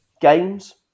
games